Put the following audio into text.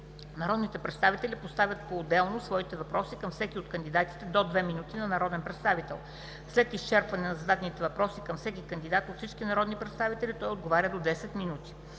Народните представители поставят поотделно своите въпроси към всеки от кандидатите – до две минути на народен представител. След изчерпване на зададените въпроси към всеки кандидат от всички народни представители той отговаря – до 10 минути.